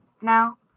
now